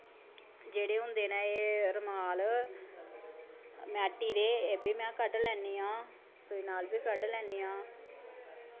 जेह्ड़े होंदे न एह् रमाल मैटी दे एह् बी में कड्ढ लैन्नी आं सूई नाल बी कड्ढ लैन्नी आं